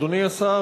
אדוני השר,